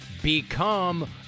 become